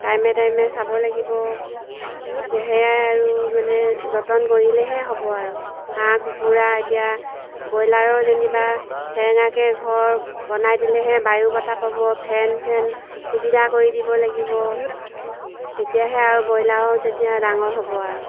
টাইমে টাইমে চাব লাগিব এতিয়া সেয়াই আৰু মানে যতন কৰিলেহে হ'ব আৰু হাঁহ কুকুৰা এতিয়া ব্ৰইলাৰো যেনিবা সেৰেঙাকৈ ঘৰ বনাই দিলেহে বায়ু বতাহ পাব ফেন চেন সুবিধা কৰি দিব লাগিব তেতিয়াহে আৰু ব্ৰইলাৰো যেতিয়া ডাঙৰ হ'ব আৰু